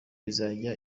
izajya